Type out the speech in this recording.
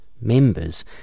members